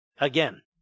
Again